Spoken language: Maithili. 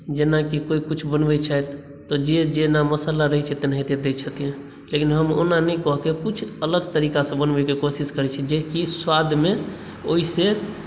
जेनाकि कोइ कुछ बनबै छथि तऽ जे जेना मसाला रहै छै तेनाहिते दै छथिन लेकिन हम ओना नहि कऽ के कुछ अलग तरीका से बनबैके कोशिश करै छी जेकि स्वादमे ओहि से